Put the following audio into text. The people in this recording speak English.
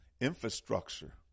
infrastructure